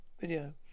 video